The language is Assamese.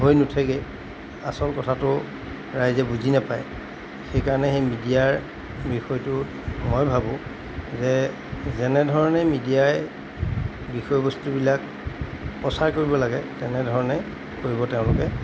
হৈ নুঠেগৈ আচল কথাটো ৰাইজে বুজি নাপায় সেইকাৰণে সেই মিডিয়াৰ বিষয়টো মই ভাবোঁ যে যেনেধৰণে মিডিয়াই বিষয়বস্তুবিলাক প্ৰচাৰ কৰিব লাগে তেনেধৰণে কৰিব তেওঁলোকে